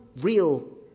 real